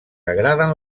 agraden